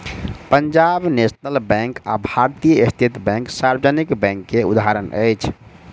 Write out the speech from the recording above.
Punjab national bank आ भारतीय state bank सार्वजनिक बैंक के उदाहरण अछि